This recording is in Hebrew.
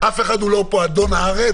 אף אחד פה הוא לא אדון הארץ,